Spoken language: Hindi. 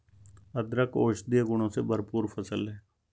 अदरक औषधीय गुणों से भरपूर फसल है